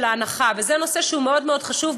זה נושא שהוא מאוד חשוב,